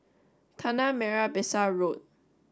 Tanah Merah Besar Road